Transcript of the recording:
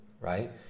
right